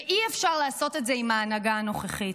ואי-אפשר לעשות את זה עם ההנהגה הנוכחית.